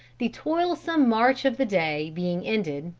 the toilsome march of the day being ended,